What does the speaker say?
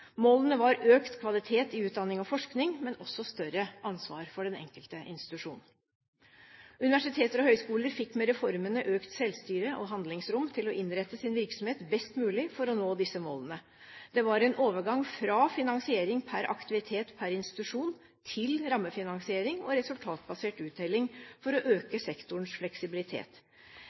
Målene var økt kvalitet i utdanning og forskning, men også større ansvar for den enkelte institusjon. Universiteter og høyskoler fikk med reformene økt selvstyre og handlingsrom til å innrette sin virksomhet best mulig for å nå disse målene. Det var en overgang fra finansiering per aktivitet per institusjon til rammefinansiering og resultatbasert uttelling for å øke sektorens fleksibilitet.